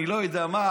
אני לא יודע מה,